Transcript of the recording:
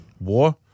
War